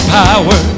power